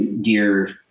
Dear